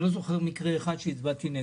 אני לא זוכר מקרה אחד שהצבעתי נגד.